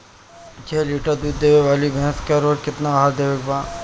छह लीटर दूध देवे वाली भैंस के रोज केतना आहार देवे के बा?